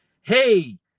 hey